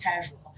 casual